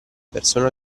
persone